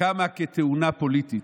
קמה כתאונה פוליטית.